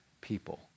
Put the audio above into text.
people